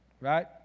right